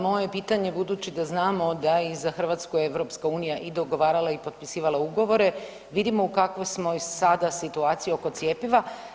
Moje je pitanje budući da znamo da i za Hrvatsku, EU i dogovarala i potpisivala ugovore, vidimo u kakvoj smo sada situaciji oko cjepiva.